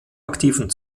aktiven